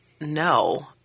no